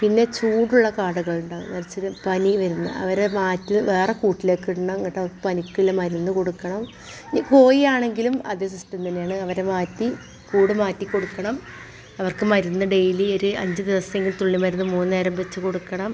പിന്നെ ചൂടുള്ള കാടകൾ ഉണ്ടാകും പനിച്ചത് പനി വരുന്ന അവരെ മാറ്റി വേറെ കൂട്ടിലേക്കിടണം എന്നിട്ട് പനിക്കുള്ള മരുന്ന് കൊടുക്കണം ഇനി കോഴി ആണെങ്കിലും അതെ സിസ്റ്റം തന്നെ ആണ് അവരെ മാറ്റി കൂട് മാറ്റി കൊടുക്കണം അവർക്ക് മരുന്ന് ഡെയിലി ഒരു അഞ്ച് ദിവസെങ്കിലും തുള്ളി മരുന്ന് മൂന്ന് നേരം വെച്ച് കൊടുക്കണം